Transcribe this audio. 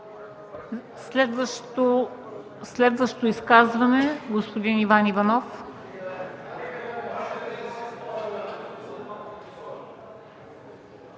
Следващо изказване – господин Иван Иванов.